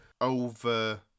over